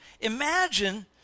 Imagine